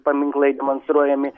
paminklai demonstruojami